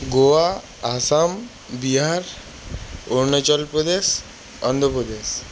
Goa Assam Bihar Arunachal Pradesh Andhra Pradesh